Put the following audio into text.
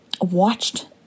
watched